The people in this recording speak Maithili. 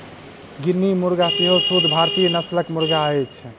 गिनी मुर्गा सेहो शुद्ध भारतीय नस्लक मुर्गा अछि